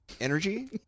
energy